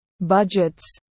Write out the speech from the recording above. budgets